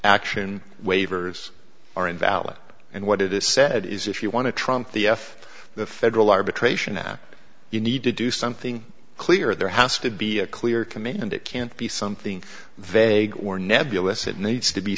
action waivers are invalid and what it is said is if you want to trump the f the federal arbitration now you need to do something clear the house to be a clear committee and it can't be something vegan or nebulous it needs to be